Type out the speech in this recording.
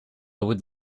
would